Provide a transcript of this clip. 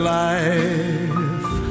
life